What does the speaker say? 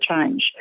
change